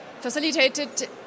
facilitated